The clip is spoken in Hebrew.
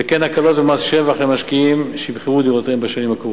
וכן הקלות במס שבח למשקיעים שימכרו את דירותיהם בשנים הקרובות.